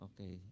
Okay